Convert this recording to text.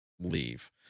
leave